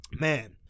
Man